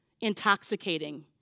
intoxicating